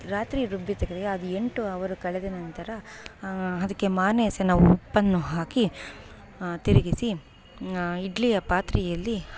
ರಾತ್ರಿ ರುಬ್ಬಿದರೆ ಅದು ಎಂಟು ಅವರು ಕಳೆದ ನಂತರ ಅದಕ್ಕೆ ಮಾರನೇ ದಿವಸ ನಾವು ಉಪ್ಪನ್ನು ಹಾಕಿ ತಿರುಗಿಸಿ ಇಡ್ಲಿಯ ಪಾತ್ರೆಯಲ್ಲಿ